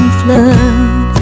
flood